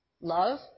Love